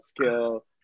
skill